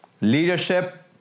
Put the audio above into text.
leadership